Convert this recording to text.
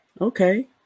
Okay